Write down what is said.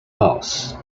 mars